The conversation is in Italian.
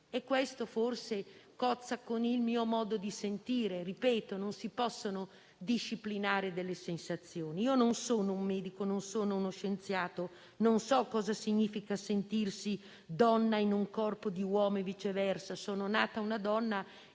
Questo forse cozza con il mio modo di sentire; ripeto, non si possono disciplinare delle sensazioni. Non sono un medico né uno scienziato; non so cosa significhi sentirsi donna in un corpo di uomo e viceversa. Sono nata donna